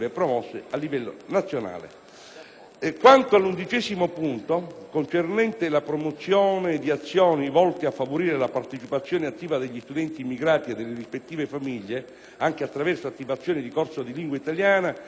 Quanto all'undicesimo punto, concernente la promozione di azioni volte a favorire la partecipazione attiva degli studenti immigrati e delle rispettive famiglie, anche attraverso l'attivazione di corsi di lingua italiana nonché di corsi di educazione civica,